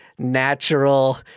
natural